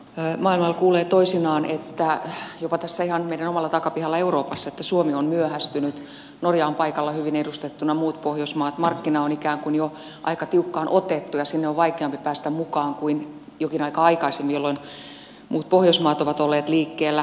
maailmalla kuulee toisinaan jopa tässä ihan meidän omalla takapihalla euroopassa että suomi on myöhästynyt norja on paikalla hyvin edustettuna muut pohjoismaat markkina on ikään kuin jo aika tiukkaan otettu ja sinne on vaikeampi päästä mukaan kuin jokin aika aikaisemmin jolloin muut pohjoismaat ovat olleet liikkeellä